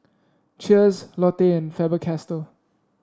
Cheers Lotte and Faber Castell